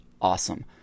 awesome